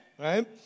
Right